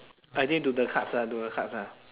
I think to the cards ah to the cards ah